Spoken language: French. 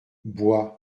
bois